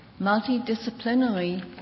multidisciplinary